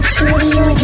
Studio